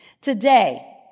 Today